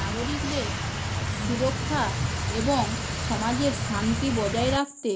নাগরিকদের সুরক্ষা এবং সমাজের শান্তি বজায় রাখতে